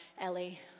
Ellie